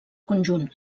conjunt